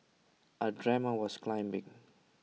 I dreamt I was climbing